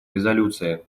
резолюции